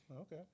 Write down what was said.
Okay